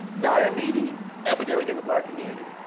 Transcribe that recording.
diabetes, epidemic in the black community.